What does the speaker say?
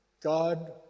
God